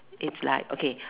it's like okay